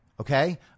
Okay